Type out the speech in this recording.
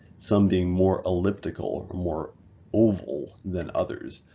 some being more elliptical more oval than others.